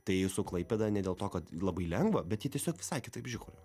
tai su klaipėda ne dėl to kad labai lengva bet jie tiesiog visai kitaip žiūri